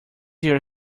your